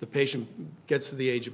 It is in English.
the patient gets to the age of